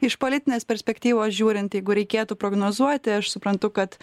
iš politinės perspektyvos žiūrint jeigu reikėtų prognozuoti aš suprantu kad